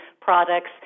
products